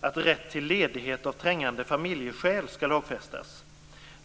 att rätt till ledighet av trängande familjeskäl skall lagfästas.